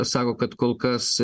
sako kad kol kas